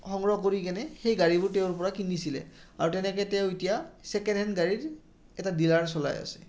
সংগ্ৰহ কৰি কেনে সেই গাড়ীবোৰ তেওঁৰ পৰা কিনিছিলে আৰু তেনেকে তেওঁ এতিয়া ছেকেণ্ড হেণ্ড গাড়ীৰ এটা ডিলাৰ চলাই আছে